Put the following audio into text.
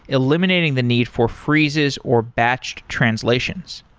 eliminating the need for freezes or batched translations.